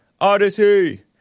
Odyssey